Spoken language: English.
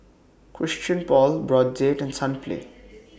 Christian Paul Brotzeit and Sunplay